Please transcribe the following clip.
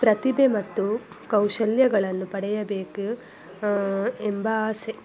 ಪ್ರತಿಭೆ ಮತ್ತು ಕೌಶಲ್ಯಗಳನ್ನು ಪಡೆಯಬೇಕು ಎಂಬ ಆಸೆ